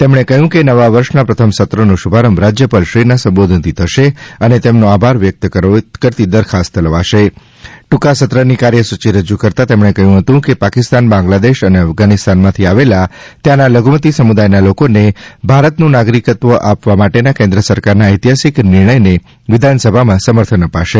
તેમણે કહ્યું છે કે નવા વર્ષના પ્રથમ સત્રનો શુભારંભ રાજ્યપાલશ્રીના સંબોધનથી થશે અને તેમનો આભાર વ્યક્ત કરતી દરખાસ્ત લવાશે ટ્રંકા સત્ર ની કાર્યસૂચિ રજૂ કરતાં તેમણે કહ્યું હતું કે પાકીસ્તાન બાંગ્લાદેશ અને અફઘાનિસ્તાનમાંથી આવેલા ત્યાંના લધુમતિ સમુદાય ના લોકો ને ભારતનું નાગરિકત્વ આપવા માટેના કેન્દ્ર સરકારના ઐતિહાસિક નિર્ણયને વિધાનસભામાં સમર્થન અપાશે